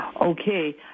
Okay